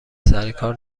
سرکار